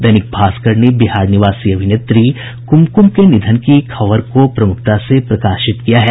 दैनिक भास्कर ने बिहार निवासी अभिनेत्री क्मक्म के निधन की खबर को प्रमुखता से प्रकाशित किया है